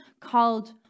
called